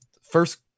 First